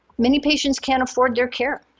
many patients can't afford their care.